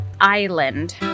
Island